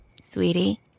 Sweetie